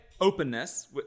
openness